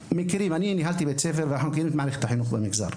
אני ניהלתי בית ספר ואנחנו מכירים את מערכת החינוך במגזר.